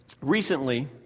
recently